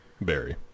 Barry